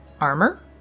armor